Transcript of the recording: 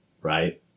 right